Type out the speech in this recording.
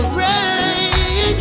rain